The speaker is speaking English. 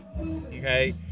okay